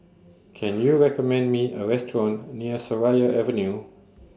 Can YOU recommend Me A Restaurant near Seraya Avenue